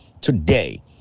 Today